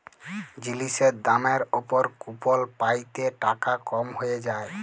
জিলিসের দামের উপর কুপল পাই ত টাকা কম হ্যঁয়ে যায়